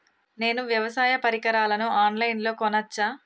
నేను వ్యవసాయ పరికరాలను ఆన్ లైన్ లో కొనచ్చా?